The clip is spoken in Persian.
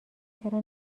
چرا